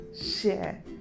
share